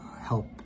help